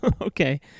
Okay